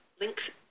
Links